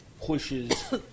pushes